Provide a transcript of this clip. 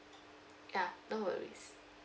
ya no worries